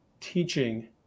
teaching